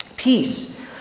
Peace